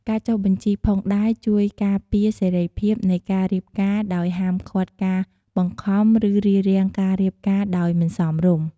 ការចុះបញ្ជីផងដែរជួយការពារសេរីភាពនៃការរៀបការដោយហាមឃាត់ការបង្ខំឬរារាំងការរៀបការដោយមិនសមរម្យ។